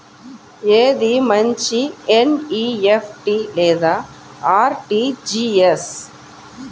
ఏది మంచి ఎన్.ఈ.ఎఫ్.టీ లేదా అర్.టీ.జీ.ఎస్?